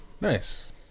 Nice